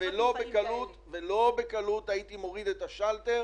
ולא בקלות הייתי מוריד את השלטר